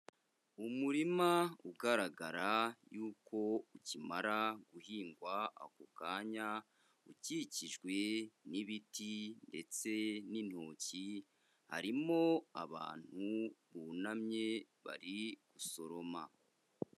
Umurima ugaragara yuko ukimara guhingwa ako kanya ukikijwe n'ibiti ndetse n'intoki, harimo abantu bunamye bari gusoroma.